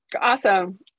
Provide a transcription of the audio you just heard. awesome